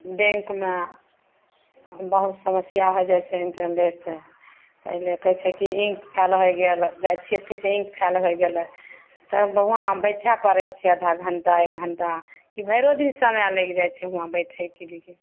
बैँकमे बहुत समस्या हो जाइ छै इन्टरनेटसे पहिले कहै छै कि लिन्क फेल होइ गेल जाइ छिए तऽ कहै छै लिन्क फेल होइ गेलै तब हुआँ बैठै पड़ै छै आधा घण्टा एक घण्टा कि भरिओदिन समय लागि जाइ छै हुआँ बैठैके लिए